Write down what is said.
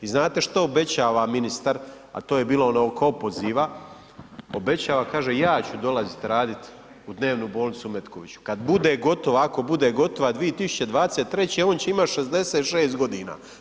I znate što obećava ministar, a to je bilo ono oko opoziva, obećava kaže ja ću dolazit radit u dnevnu bolnicu u Metkoviću kad bude gotova, ako bude gotova 2023. on će imat 66 godina.